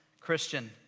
Christian